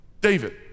David